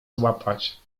złapać